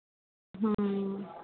ਹਾਂ